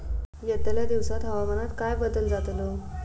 यतल्या दिवसात हवामानात काय बदल जातलो?